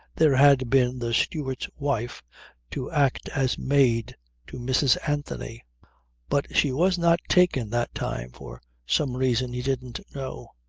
there had been the steward's wife to act as maid to mrs. anthony but she was not taken that time for some reason he didn't know.